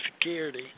Security